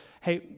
hey